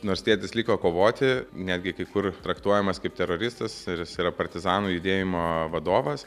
nors tėtis liko kovoti netgi kai kur traktuojamas kaip teroristas ir jis yra partizanų judėjimo vadovas